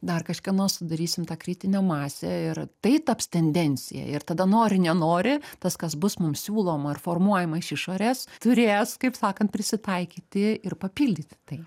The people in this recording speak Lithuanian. dar kažkieno sudarysim tą kritinę masę ir tai taps tendencija ir tada nori nenori tas kas bus mums siūloma ir formuojama iš išorės turės kaip sakant prisitaikyti ir papildyti tai